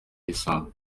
yisanga